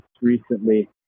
recently